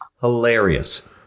hilarious